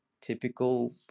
Typical